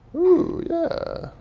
ooh yeah,